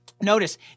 notice